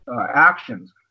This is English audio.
actions